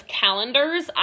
calendars